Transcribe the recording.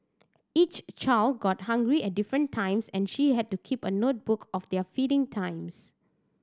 each child got hungry at different times and she had to keep a notebook of their feeding times